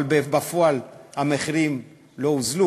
אבל בפועל המחירים לא ירדו,